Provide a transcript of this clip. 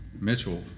Mitchell